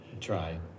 try